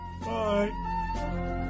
Bye